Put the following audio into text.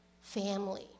family